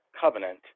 covenant